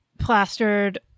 plastered